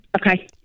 Okay